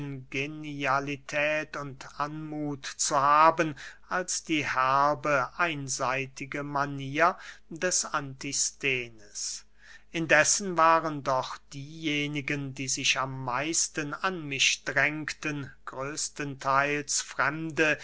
genialität und anmuth zu haben als die herbe einseitige manier des antisthenes indessen waren doch diejenigen die sich am meisten an mich andrängten größtentheils fremde